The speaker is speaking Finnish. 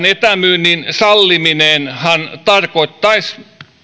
etämyynnin salliminenhan tarkoittaisi